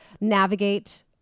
navigate